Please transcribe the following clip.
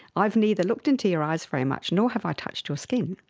i've neither looked into your eyes very much, nor have i touched your skin,